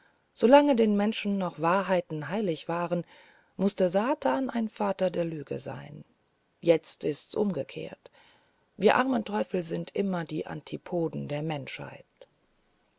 den menschen noch wahrheiten heilig waren mußte satan ein vater der lügen sein jetzt ist's umgekehrt wir armen teufel sind immer die antipoden der menschheit